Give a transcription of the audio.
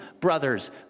brothers